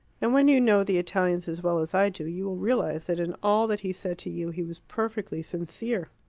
and when you know the italians as well as i do, you will realize that in all that he said to you he was perfectly sincere.